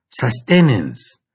sustenance